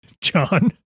John